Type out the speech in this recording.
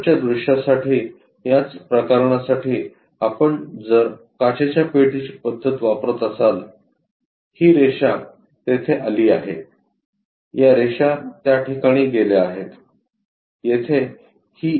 वरच्या दृश्यासाठी याच प्रकरणासाठी आपण जर काचेच्या पेटीची पद्धत वापरत असाल ही रेषा तेथे आली आहे या रेषा त्या ठिकाणी गेल्या आहेत